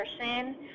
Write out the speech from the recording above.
person